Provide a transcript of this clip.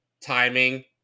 timing